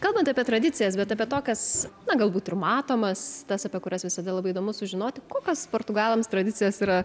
kalbant apie tradicijas bet apie tokias na galbūt ir matomas tas apie kurias visada labai įdomu sužinoti kokios portugalams tradicijos yra